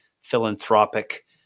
philanthropic